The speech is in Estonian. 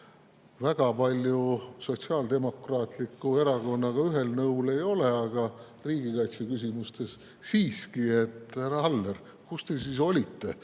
väga palju Sotsiaaldemokraatliku Erakonnaga ühel nõul ei ole, aga riigikaitse küsimustes siiski. Härra Aller, kus te siis olite,